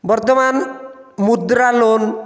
ବର୍ତ୍ତମାନ ମୁଦ୍ରା ଲୋନ୍